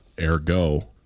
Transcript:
ergo